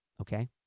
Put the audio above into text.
okay